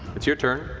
it's your turn.